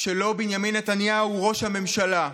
שלו בנימין נתניהו הוא ראש הממשלה,